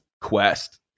quest